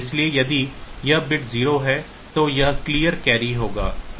इसलिए यदि यह बिट 0 है तो यह क्लियर कैरी होगा